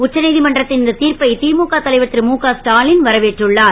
உச்சநீ மன்றத் ன் இந்த தீர்ப்பை முக தலைவர் ரு முக ஸ்டாலின் வரவேற்றுள்ளார்